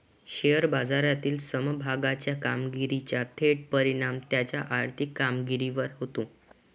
share बाजारातील समभागाच्या कामगिरीचा थेट परिणाम त्याच्या आर्थिक कामगिरीवर होतो